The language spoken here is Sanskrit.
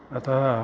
अतः